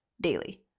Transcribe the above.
daily